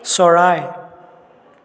চৰাই